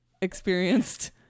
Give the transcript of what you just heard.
experienced